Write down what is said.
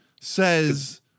Says